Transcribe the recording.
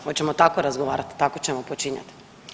Hoćemo tako razgovarat, tako ćemo počinjat?